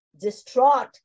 distraught